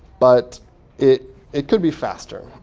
but it it could be faster.